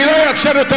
אני לא אאפשר יותר,